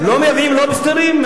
לא מביאים לובסטרים?